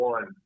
One